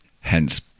hence